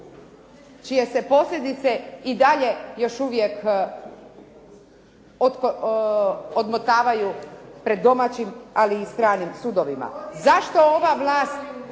čije se posljedice i dalje još uvijek odmotavaju pred domaćim, ali i stranim sudovima. … /Upadica